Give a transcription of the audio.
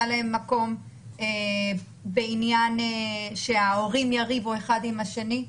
להם מקום בעניין שההורים יריבו אחד עם השני,